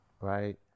Right